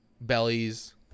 bellies